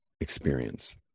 experience